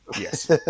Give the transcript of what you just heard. Yes